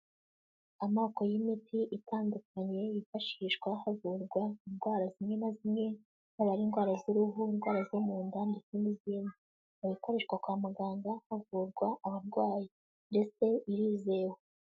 Amoko y'imiti itandukanye yifashishwa havurwa indwara zimwe na zimwe, haba ari indwara z'uruhu , indwara zo munda ndetse n'izindi. Ikaba ikoreshwa kwa muganga havurwa abarwayi, ndetse irizewe.